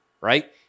right